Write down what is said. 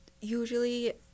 Usually